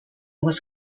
was